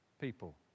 people